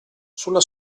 sulla